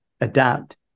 adapt